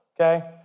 okay